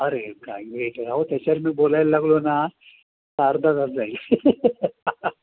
अरे काय म्हणजे तर त्याच्यावर मी बोलायला लागलो ना अर्धा तास जाईल